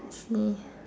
I sneeze